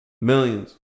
Millions